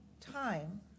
time